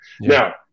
Now